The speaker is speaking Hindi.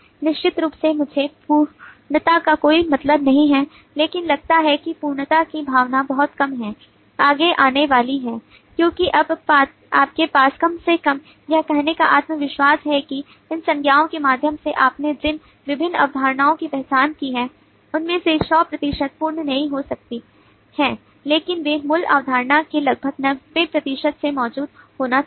निश्चित रूप से मुझे पूर्णता का कोई मतलब नहीं है लेकिन लगता है कि पूर्णता की भावना बहुत कम है आगे आने वाली है क्योंकि अब आपके पास कम से कम यह कहने का आत्मविश्वास है कि इन संज्ञाओं के माध्यम से आपने जिन विभिन्न अवधारणाओं की पहचान की है उनमें से 100 प्रतिशत पूर्ण नहीं हो सकती हैं लेकिन वे मूल अवधारणा के लगभग 90 प्रतिशत से मौजूद होना चाहिए